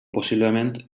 possiblement